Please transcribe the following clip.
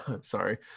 sorry